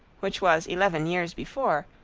which was eleven years before,